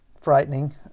frightening